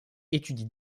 étudie